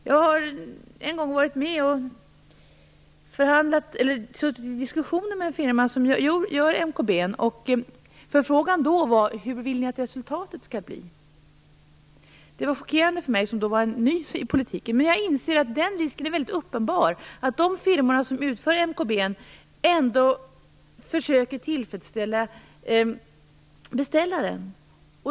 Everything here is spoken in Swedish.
Jag har en gång varit med och suttit i diskussioner med en firma som gör MKB, och deras fråga var: Hur vill ni att resultatet skall bli? Det var chockerande för mig, som då var ny inom politiken, men jag inser att risken är uppenbar att de firmor som utför MKB försöker tillfredsställa beställaren.